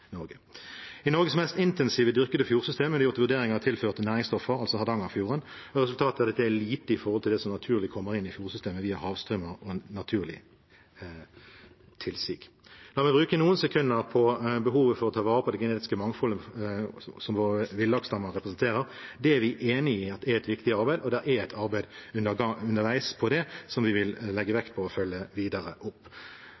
I Norges mest intensivt dyrkede fjordsystem, Hardangerfjorden, er det gjort en vurdering av tilførte næringsstoffer, og resultatet av dette er lite i forhold til det som kommer inn i fjordsystemet via havstrømmer og naturlig tilsig. La meg bruke noen sekunder på behovet for å ta vare på det genetiske mangfoldet som våre villaksstammer representerer. Det er vi enig i er et viktig arbeid, og det er et arbeid underveis på det, som vi vil legge